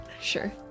sure